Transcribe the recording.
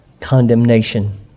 condemnation